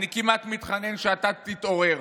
אני כמעט מתחנן שאתה תתעורר.